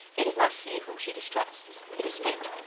it is not he whom she distrusts it is fate.